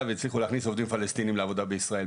והצליחו להכניס עובדים פלסטינים לעבודה בישראל,